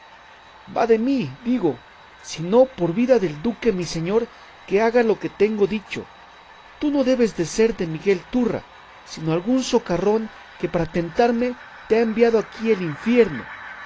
va de mí digo si no por vida del duque mi señor que haga lo que tengo dicho tú no debes de ser de miguel turra sino algún socarrón que para tentarme te ha enviado aquí el infierno